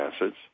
acids